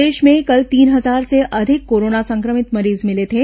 प्रदेश में कल तीन हजार से अधिक कोरोना संक्रमित मरीज मिले थे